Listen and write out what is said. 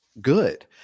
good